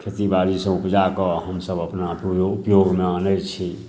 खेती बारीसँ ऊपजा कऽ हमसब अपना ऊपयोग शमे आनै छी